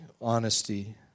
honesty